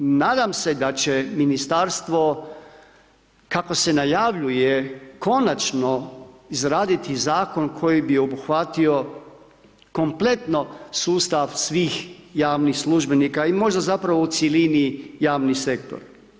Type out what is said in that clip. Nadam se da će ministarstvo kako se najavljuje konačno izraditi zakon koji bi obuhvatio kompletno sustav svih javnih službenika i možda zapravo u cjelini javni sektor.